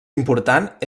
important